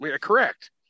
Correct